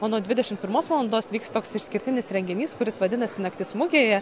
o nuo dvidešimt pirmos valandos vyks toks išskirtinis renginys kuris vadinasi naktis mugėje